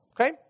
Okay